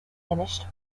finished